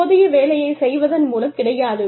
தற்போதைய வேலையைச் செய்வதன் மூலம் கிடையாது